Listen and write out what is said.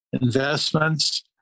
investments